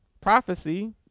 prophecy